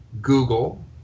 Google